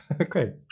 Okay